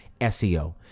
SEO